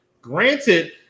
granted